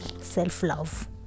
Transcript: self-love